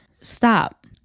stop